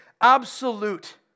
absolute